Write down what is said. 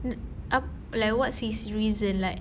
n~ ap~ like what's his reason like